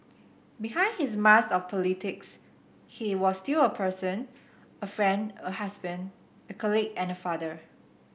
behind his mask of politics he was still a person a friend a husband a colleague and a father